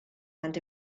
and